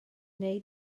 wnei